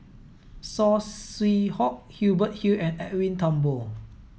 Saw Swee Hock Hubert Hill and Edwin Thumboo